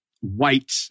white